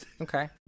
Okay